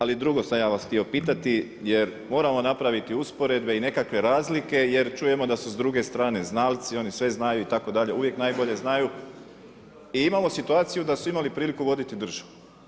Ali drugo sam ja vas htio pitati, jer moramo napraviti usporedbe i nekakve razlike, jer čujemo da su s druge strane znalci, oni sve znaju itd. uvijek najbolje znaju i imamo situaciju da su imali priliku voditi državu.